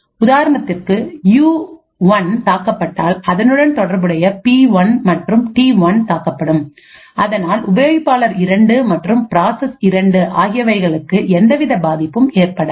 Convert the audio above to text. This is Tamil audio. உதாரணத்திற்குU1 தாக்கப்பட்டால் அதனுடன் தொடர்புடைய P1 மற்றும்T1 தாக்கப்படும் அதனால் உபயோகிப்பாளர் 2 மற்றும் பிராசஸ் 2 ஆகியவைகளுக்கு எந்தவித பாதிப்பும் ஏற்படாது